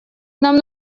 нам